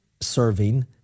serving